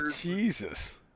Jesus